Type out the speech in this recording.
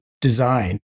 design